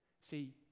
See